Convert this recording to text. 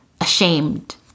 ashamed